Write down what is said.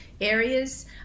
areas